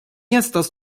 estas